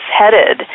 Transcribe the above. headed